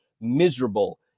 miserable